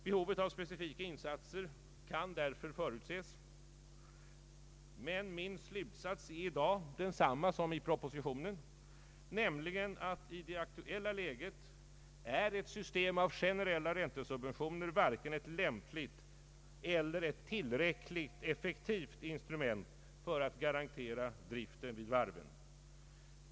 Behovet av specifika insatser kan därför förutses, men min slutsats är i dag densamma som i propositionen, nämligen att ett system av generella räntesubventioner varken är ett lämpligt eller tillräckligt effektivt instrument för att i det aktuella läget garantera driften vid varven.